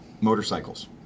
motorcycles